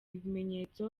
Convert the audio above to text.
ibimenyetso